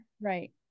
Right